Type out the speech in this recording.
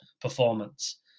performance